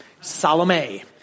Salome